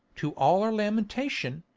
to all our lamentation,